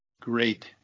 great